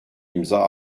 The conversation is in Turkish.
imza